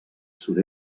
sud